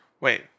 Wait